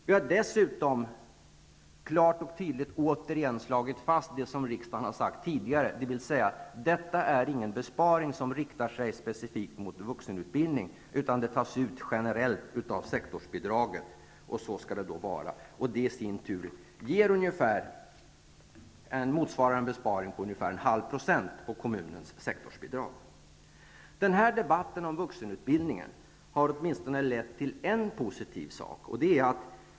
Vi har dessutom klart och tydligt återigen slagit fast vad riksdagen tidigare har uttalat, nämligen att detta inte är en besparing som riktar sig specifikt mot vuxenutbildning, utan det tas generellt av sektorsbidraget, och så skall det vara. Det motsvarar en besparing på ungefär 0,5 % på kommunernas sektorsbidrag. Debatten om vuxenutbildningen har åtminstone lett till någonting positivt.